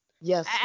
yes